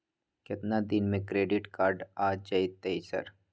केतना दिन में क्रेडिट कार्ड आ जेतै सर?